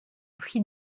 prix